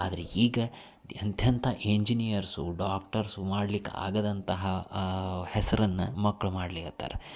ಆದರೆ ಈಗ ಎಂಥೆಂಥ ಇಂಜಿನಿಯರ್ಸು ಡಾಕ್ಟರ್ಸು ಮಾಡ್ಲಿಕ್ಕೆ ಆಗದಂತಹ ಹೆಸರನ್ನು ಮಕ್ಳು ಮಾಡಲಿಕತ್ತಾರ